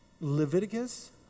Leviticus